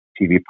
TV